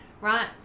right